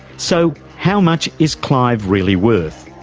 so how much is clive really worth?